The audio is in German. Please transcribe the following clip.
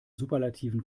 superlativen